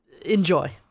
enjoy